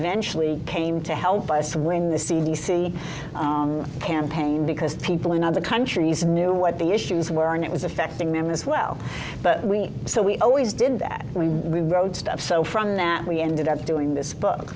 eventually came to help us win the c d c campaign because people in other countries knew what the issues were and it was affecting them as well but we so we always did that when we wrote stuff so from that we ended up doing this book